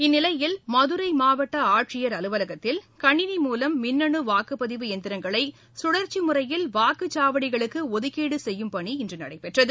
இந்நிலையில் மதுரை மாவட்ட ஆட்சியர் அலுவலகத்தில் கனினி மூலம் மின்னனு வாக்குப்பதிவு இயந்திரங்களை சுழற்சி முறையில் வாக்குச்சாவடிகளுக்கு ஒதுக்கீடு செய்யும் பணி இன்று நடைபெற்றது